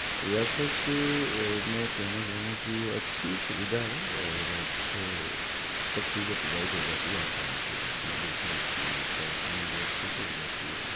ریاست میں کہنا چاہوں گا کہ اچھی سویدھا ہے اور اچھے سب چیزیں پروائیڈ ہو جاتی ہے آسانی سے میڈیسنس بھی کاؤنسلنگ بھی اچھے سے ہو جاتی ہے